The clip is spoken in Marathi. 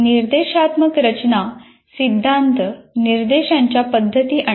निर्देशात्मक रचना सिद्धांत निर्देशांच्या पद्धती आणतो